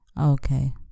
Okay